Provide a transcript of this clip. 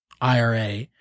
IRA